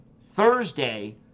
Thursday